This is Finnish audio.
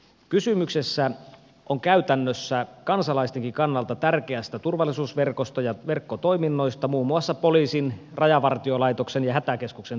kysymys on käytännössä kansalaistenkin kannalta tärkeästä turvallisuusverkosta ja verkkotoiminnoista muun muassa poliisin rajavartiolaitoksen ja hätäkeskuksen toiminnoista